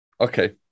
okay